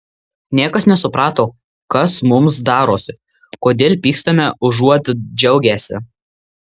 niekas nesuprato kas mums darosi kodėl pykstame užuot džiaugęsi